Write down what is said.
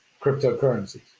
cryptocurrencies